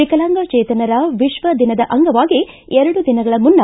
ವಿಕಲಾಂಗಚೇತನರ ವಿಷ್ವ ದಿನದ ಅಂಗವಾಗಿ ಎರಡು ದಿನಗಳ ಮುನ್ನ